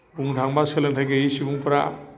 बुंनो थाङोबा सोलोंथाय गैयि सुबुंफोरा